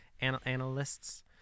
analysts